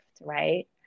Right